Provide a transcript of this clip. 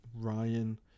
Ryan